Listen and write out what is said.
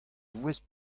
voest